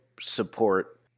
support